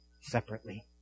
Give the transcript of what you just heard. separately